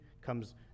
comes